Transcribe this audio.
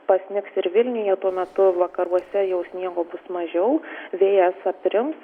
pasnigs ir vilniuje tuo metu vakaruose jau sniego bus mažiau vėjas aprims